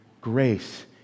grace